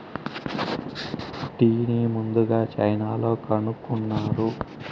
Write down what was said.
టీని ముందుగ చైనాలో కనుక్కున్నారు